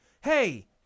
hey